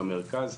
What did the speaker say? למרכז,